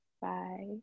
Bye